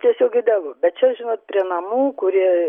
tiesiog idealu bet čia žinot prie namų kurie